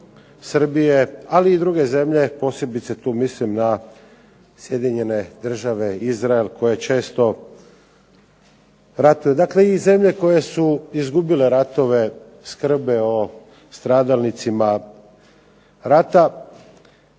ali i druge zemlje posebice tu mislim na Sjedinjene Države i Izrael koje često ratuju. Dakle i zemlje koje su izgubile ratove skrbe o stradalnicima rata.